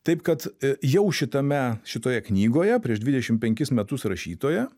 taip kad jau šitame šitoje knygoje prieš dvidešimt penkis metus rašytoje